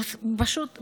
פשוט בושה.